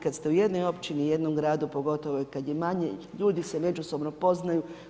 Kad ste u jednoj općini i jednom gradu, pogotovo i kad je manje ljudi, se međusobno poznaju.